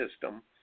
system